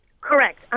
Correct